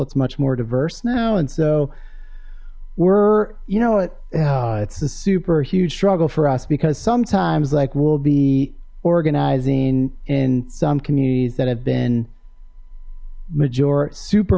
it's much more diverse now and so we're you know it it's a super huge struggle for us because sometimes like we'll be organizing in some communities that have been